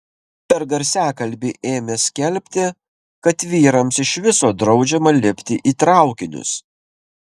per garsiakalbį ėmė skelbti kad vyrams iš viso draudžiama lipti į traukinius